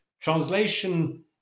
Translation